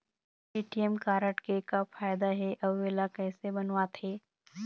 ATM card के का फायदा हे अऊ इला कैसे बनवाथे?